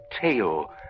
tail